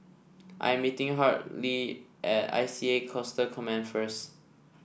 I'm meeting Hartley at I C A Coastal Command first